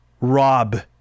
rob